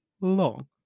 long